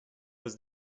was